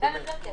בוא נרשה,